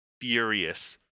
furious